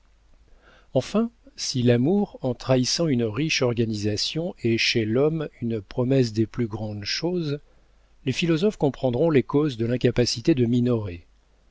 enfin si l'amour en trahissant une riche organisation est chez l'homme une promesse des plus grandes choses les philosophes comprendront les causes de l'incapacité de minoret